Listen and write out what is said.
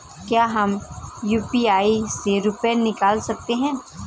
क्या हम यू.पी.आई से रुपये निकाल सकते हैं?